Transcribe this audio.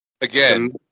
Again